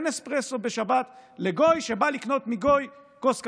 אין אספרסו בשבת לגוי שבא לקנות מגוי כוס קפה.